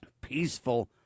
peaceful